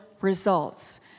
results